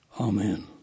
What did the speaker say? Amen